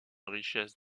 richesse